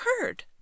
heard